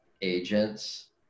agents